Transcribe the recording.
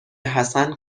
حسن